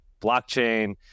blockchain